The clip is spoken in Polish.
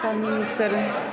Pan minister.